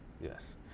yes